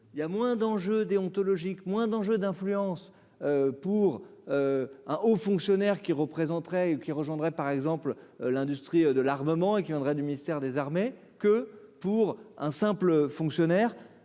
il y a moins d'enjeux déontologiques moins dangereux d'influence pour un haut fonctionnaire qui représenterait, qui rejoindrait, par exemple, l'industrie de l'armement et qui viendrait du ministère des Armées que pour un simple fonctionnaire